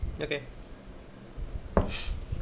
okay